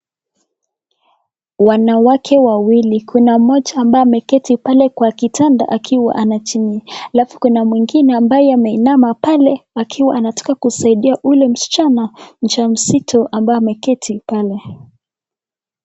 Wanawake wawili, kuna mmoja ambaye ameketi pale kwa kitanda akiwa ana chini alafu kuna mwingine ambaye ameinama pale akiwa anataka kusaidia yule msichana mjamzito ambaye ameketi pale.